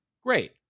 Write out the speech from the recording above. Great